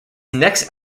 next